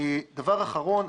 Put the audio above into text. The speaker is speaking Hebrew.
דבר אחרון.